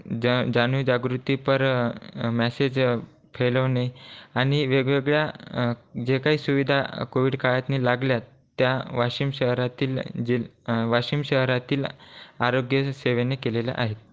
ज जाणीव जागृती पर मेसेज फैलवणे आणि वेगवेगळ्या जे काही सुविधा कोविड काळात लागल्या आहेत त्या वाशिम शहरातील जि वाशिम शहरातील आरोग्याच्या सेवेने केलेल्या आहेत